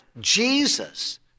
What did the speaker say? Jesus